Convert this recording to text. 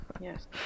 Yes